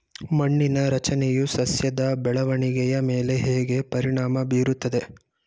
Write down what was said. ಮಣ್ಣಿನ ರಚನೆಯು ಸಸ್ಯದ ಬೆಳವಣಿಗೆಯ ಮೇಲೆ ಹೇಗೆ ಪರಿಣಾಮ ಬೀರುತ್ತದೆ?